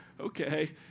okay